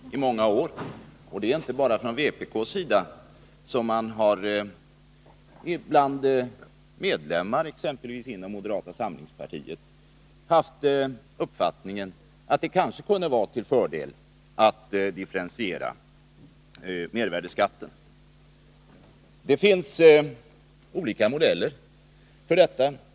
Herr talman! Jag hoppas att jag inte stör ordningen för Karin Nordlander, men jag råkade befinna mig i kammaren när hon åberopade moderatstämman. Låt mig bara säga att det var en vanlig debatt. Stämman delades ingalunda i två läger. Vi har olika uppfattningar. Frågan om mervärdeskattens eventuella differentiering har varit aktuell i den politiska debatten i många år. Det är inte bara från vpk:s sida utan även exempelvis bland medlemmar i moderata samlingspartiet som man haft den uppfattningen att det kanske kunde vara till fördel att differentiera mervärdeskatten. Det finns olika modeller för detta.